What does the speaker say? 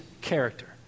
character